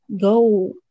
go